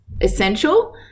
essential